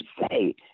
say